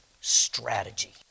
strategy